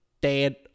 Dead